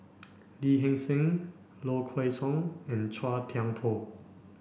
Lee Hee Seng Low Kway Song and Chua Thian Poh